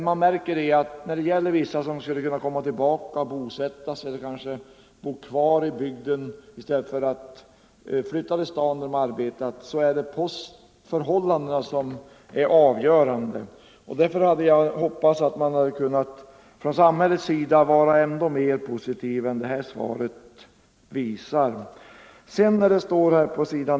Man märker dock att för vissa personer som skulle vilja komma tillbaka och bosätta sig ute på landsbygden i stället för att bo i staden och arbeta är postförhållandena det avgörande. Därför hade jag hoppats att man från samhällets sida hade kunnat vara ännu mer positiv än det här svaret visar. Det står på s.